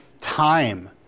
time